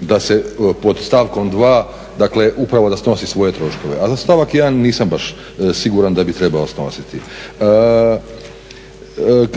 da se pod stavkom 2., dakle upravo da snosi svoje troškove. A za stavak 1. nisam baš siguran da bi trebao snositi.